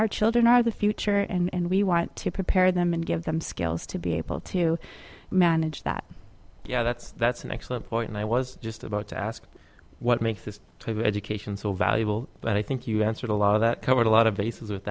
our children are the future and we want to prepare them and give them skills to be able to manage that yeah that's that's an excellent point and i was just about to ask what makes this type of education so valuable but i think you answered a lot of that covered a lot of bases with